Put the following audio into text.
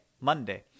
Monday